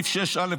אתה בושה,